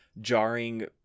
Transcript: jarring